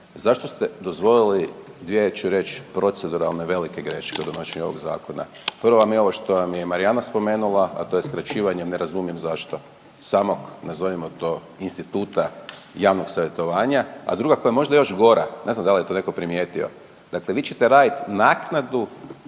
zašto ste dozvolili dvije ću reći proceduralne velike greške u donošenju ovog zakona. Prva vam je ova što vam je Marijana spomenula, a to je skraćivanje ne razumijem zašto samog nazovimo to instituta javnog savjetovanja, a druga koja je možda još gora, ne znam da li je to netko primijetio dakle vi ćete raditi naknadu,